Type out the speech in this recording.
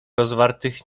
rozwartych